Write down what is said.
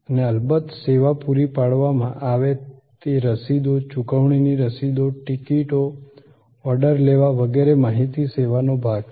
અને અલબત્ત સેવા પૂરી પાડવામાં આવે તે રસીદો ચુકવણીની રસીદો ટિકિટો ઓર્ડર લેવા વગેરે માહિતી સેવાનો ભાગ છે